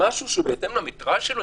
למקום שהוא בהתאם למטראז' שלו,